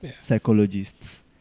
psychologists